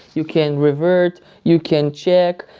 you can revert, you can check,